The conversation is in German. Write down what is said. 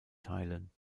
teilen